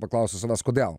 paklausi savęs kodėl